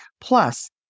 Plus